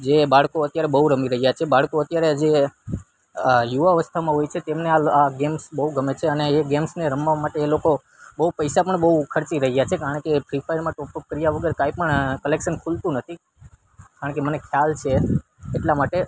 જે બાળકો અત્યારે બહુ રમી રહ્યાં છે બાળકો અત્યારે જે આ યુવા અવસ્થામાં હોય છે તેમને આ આ ગેમ્સ બહુ ગમે છે અને એ ગેમ્સને રમવા માટે એ લોકો બહુ પૈસા પણ બહુ ખર્ચી રહ્યાં છે કારણ કે ફ્રી ફાયરમાં ટોક ટોક કર્યા વગર કંઈપણ કલેક્સન ખૂલતું નથી કારણ કે મને ખ્યાલ છે એટલા માટે